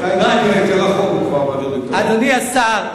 אדוני השר,